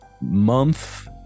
month